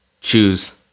Choose